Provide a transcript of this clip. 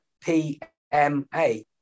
PMA